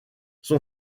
son